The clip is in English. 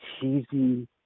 cheesy